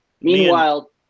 Meanwhile